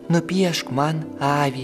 nupiešk man avį